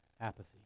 apathy